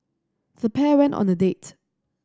the pair went on a date